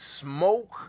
smoke